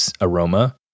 aroma